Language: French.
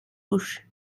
bouche